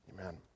Amen